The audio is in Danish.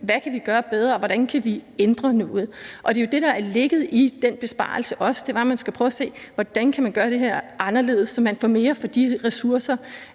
hvad man kan gøre bedre, og hvordan man kan ændre noget. Det er jo det, der også har ligget i den besparelse, nemlig hvordan man kan gøre det her anderledes, så man får mere for de ressourcer,